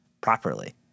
properly